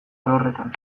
alorretan